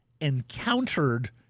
encountered